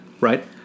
right